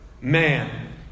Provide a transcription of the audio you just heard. man